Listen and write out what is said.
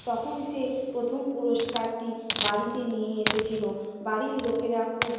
তখন সে প্রথম পুরস্কারটি বাড়িতে নিয়ে এসেছিল বাড়ির লোকেরা খুব